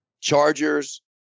Chargers